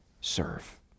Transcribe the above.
serve